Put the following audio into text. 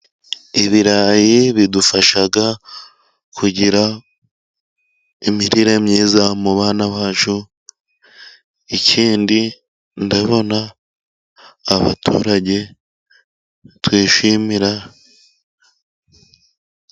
Ibirayi bidufasha kugira imirire myiza mu bana bacu. Ikindi ndabona abaturage twishimira.